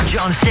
John